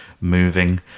moving